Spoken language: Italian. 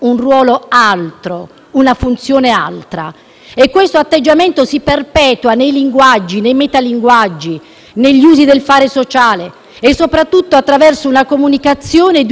Questo atteggiamento si perpetua nei linguaggi, nei metalinguaggi, negli usi del fare sociale e, soprattutto, attraverso una comunicazione e un'informazione, anche commerciale che,